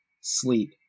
sleep